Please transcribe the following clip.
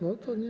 No to nie.